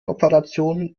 operationen